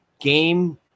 game